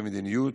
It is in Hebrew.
כמדיניות,